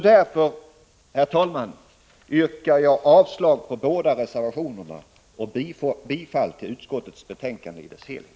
Därför, herr talman, yrkar jag avslag på båda reservationerna och bifall till utskottets förslag i dess helhet.